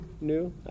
New